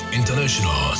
international